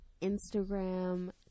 Instagram